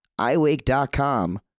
iWake.com